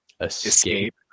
escape